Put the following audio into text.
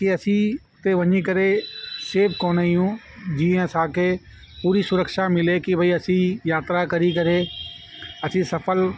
कि असीं उते वञी करे सेफ कोन आहियूं जीअं असांखे पूरी सुरक्षा मिले कि भई असीं यात्रा करी करे अची सफल